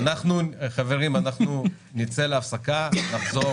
חברים, אנחנו נצא להפסקה, נחזור